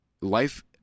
life